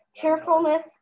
cheerfulness